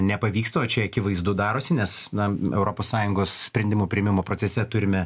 nepavyksta o čia akivaizdu darosi nes na europos sąjungos sprendimų priėmimo procese turime